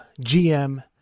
GM